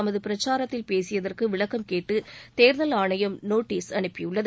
தமது பிரச்சாரத்தில் பேசியதற்கு விளக்கம் கேட்டு தேர்தல் ஆணையம் நோட்டீஸ் அனுப்பியுள்ளது